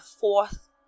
fourth